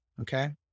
okay